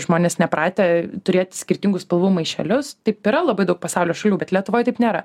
žmonės nepratę turėt skirtingų spalvų maišelius taip yra labai daug pasaulio šalių bet lietuvoj taip nėra